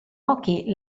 occhi